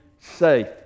safe